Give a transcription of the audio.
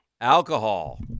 Alcohol